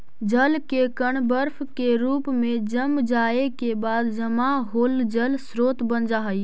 जल के कण बर्फ के रूप में जम जाए के बाद जमा होल जल स्रोत बन जा हई